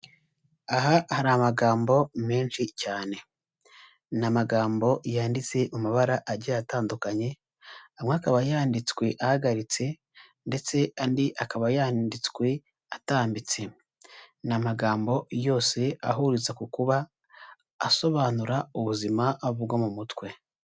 Aha hari amagambo menshi cyane, ni amagambo yanditse mu mabara agiye atandukanye, amwe akaba yanditswe ahagaritse ndetse andi akaba yanditswe atambitse, ni amagambo yose ahuriza ku kuba asobanura ubuzima bwo mu mutwe.